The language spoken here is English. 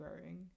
growing